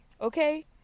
okay